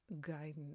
guidance